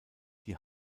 die